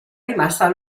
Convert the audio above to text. rimasta